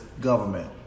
government